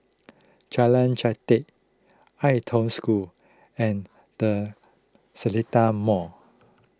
Jalan Jati Ai Tong School and the Seletar Mall